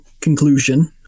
conclusion